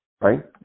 right